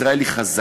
ישראל היא חזקה,